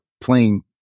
playing